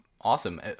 awesome